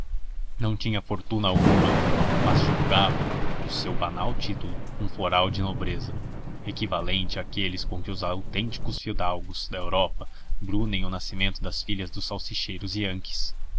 não tinha fortuna alguma mas julgava o seu banal título um foral de nobreza equivalente àqueles com que os autênticos fidalgos da europa brunem o nascimento das filhas dos salchicheiros yankees